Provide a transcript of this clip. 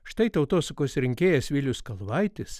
štai tautosakos rinkėjas vilius kalvaitis